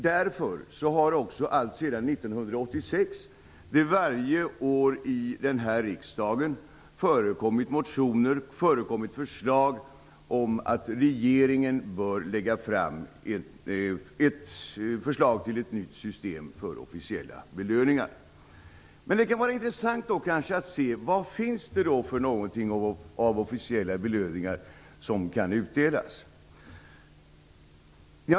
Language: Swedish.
Därför har det också alltsedan 1986 varje år i denna riksdag förekommit motioner och förslag om att regeringen bör lägga fram ett förslag till ett nytt system för officiella belöningar. Det kan då vara intressant att se vad det finns för officiella belöningar som kan utdelas.